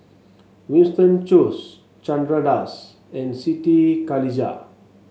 Winston Choos Chandra Das and Siti Khalijah